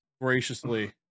graciously